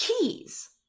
keys